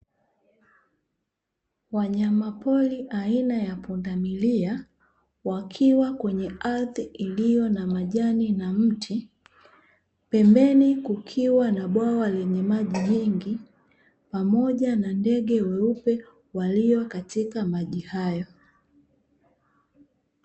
Wanyama pori aina ya pundamilia wakiwa kwenye ardhi iliyo na majani na miti, pembeni kukiwa na bwawa lenye maji mengi pamoja na ndege weupe walio katika maji hayo.